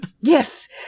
Yes